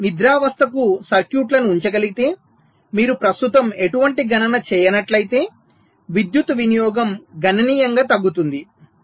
మనము నిద్రావస్థకు సర్క్యూట్లను ఉంచగలిగితే మీరు ప్రస్తుతం ఎటువంటి గణన చేయనట్లయితే విద్యుత్ వినియోగం గణనీయంగా తగ్గుతుంది